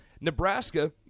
Nebraska